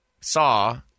saw